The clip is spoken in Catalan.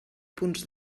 punts